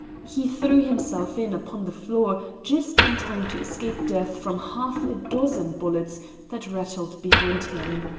he threw himself in upon the floor just in time to escape death from half a dozen bullets that rattled behind him.